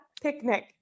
picnic